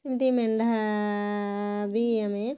ସେମତି ମେଣ୍ଢା ବି ଆମେ